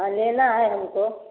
हाँ लेना है हमको